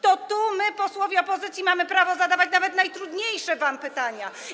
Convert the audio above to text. Tu my, posłowie opozycji, mamy prawo zadawać wam nawet najtrudniejsze pytania.